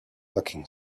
looking